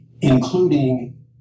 including